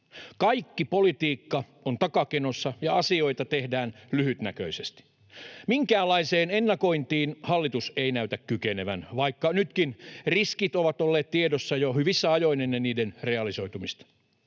Kaikki politiikka on takakenossa, ja asioita tehdään lyhytnäköisesti. Minkäänlaiseen ennakointiin hallitus ei näytä kykenevän, vaikka nytkin riskit ovat olleet tiedossa jo hyvissä ajoin ennen niiden realisoitumista.